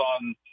on